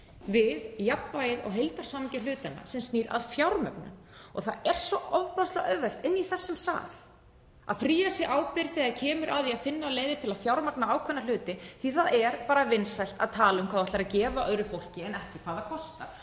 við jafnvægi og heildarsamhengi hlutanna sem snýr að fjármögnun. Það er svo ofboðslega auðvelt inni í þessum sal að fría sig ábyrgð þegar kemur að því að finna leiðir til að fjármagna ákveðna hluti því að það er bara talað um hvað þú ætlar að gefa öðru fólki en ekki hvað það kostar.